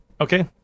Okay